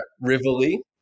Rivoli